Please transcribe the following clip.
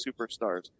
superstars